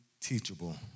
teachable